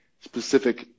specific